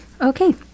Okay